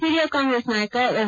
ಹಿರಿಯ ಕಾಂಗ್ರೆಸ್ ನಾಯಕ ಎಂ